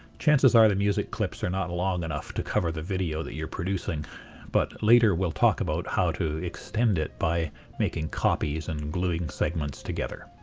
chances are the music clips are not long enough to cover the video that you're producing but later we'll talk about how to extend it by making copies and gluing segments together.